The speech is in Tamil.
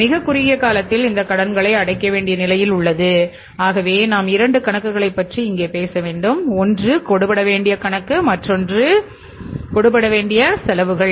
மிகக் குறுகிய காலத்தில் இந்த கடன்களை அடைக்க வேண்டிய நிலையில் உள்ளது ஆகவே நாம் இரண்டு கணக்குகளை பற்றி இங்கே பேச வேண்டும் ஒன்று கொடுபட படவேண்டிய கணக்கு மற்றொன்று கொடுபட வேண்டிய செலவுகள்